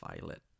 Violet